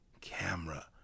Camera